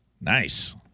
Nice